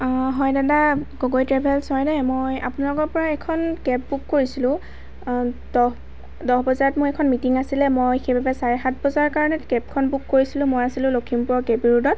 হয় দাদা গগৈ ট্ৰেভেলচ হয়নে মই আপোনালোকৰ পৰা এখন কেব বুক কৰিছিলোঁ দহ দহ বজাত মোৰ এখন মিটিং আছিলে মই সেইবাবে চাৰে সাত বজাৰ কাৰণে কেবখন বুক কৰিছিলোঁ মই আছিলোঁ লখিমপুৰৰ কে পি ৰোডত